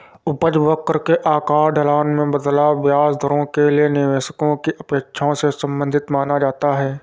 उपज वक्र के आकार, ढलान में बदलाव, ब्याज दरों के लिए निवेशकों की अपेक्षाओं से संबंधित माना जाता है